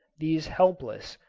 these helpless,